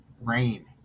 Rain